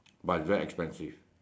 but it's very expensive